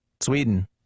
Sweden